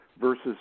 versus